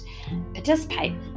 participate